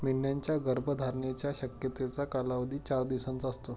मेंढ्यांच्या गर्भधारणेच्या शक्यतेचा कालावधी चार दिवसांचा असतो